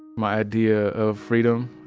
my idea of freedom,